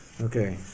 Okay